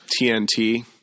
tnt